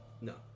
No